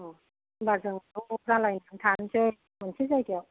औ होनबा जों ज' जालायनानै थानोसै मोनसे जायगायाव